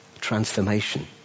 transformation